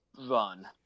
run